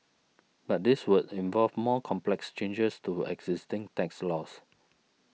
but this would involve more complex changes to existing tax laws